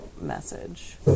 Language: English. message